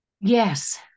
Yes